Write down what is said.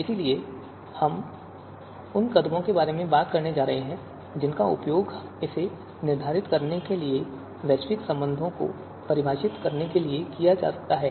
इसलिए हम उन कदमों के बारे में बात करने जा रहे हैं जिनका उपयोग इसे निर्धारित करने के लिए वैश्विक संबंधों को परिभाषित करने के लिए किया जा सकता है